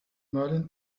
merlin